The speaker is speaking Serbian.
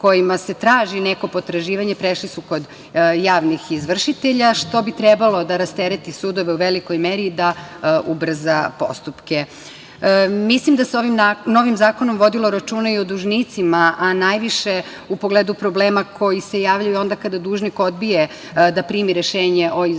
kojima se traži neko potraživanje prešli su kod javnih izvršitelja, što bi trebalo da rastereti sudove u velikoj meri da ubrza postupke. Mislim da se ovim novim zakonom vodilo računa i o dužnicima, a najviše u pogledu problema koji se javljaju onda kada dužnik odbije da primi rešenje o izvršenju.